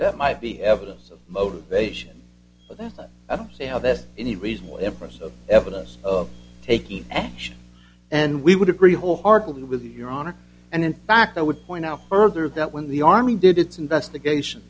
that might be evidence of motivation but that i don't see how that any reasonable inference of evidence of taking action and we would agree wholeheartedly with your honor and in fact i would point out further that when the army did its investigation